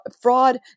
fraud